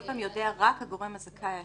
כל פעם יודע רק גורם זכאי אחד.